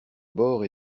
bord